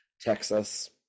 Texas